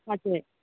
हजुर